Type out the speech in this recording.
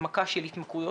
למכה של התמכרויות.